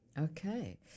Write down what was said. Okay